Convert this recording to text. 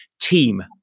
Team